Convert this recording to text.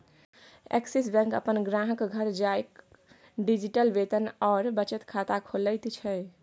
axis Bank अपन ग्राहकक घर जाकए डिजिटल वेतन आओर बचत खाता खोलैत छै